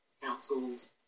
Council's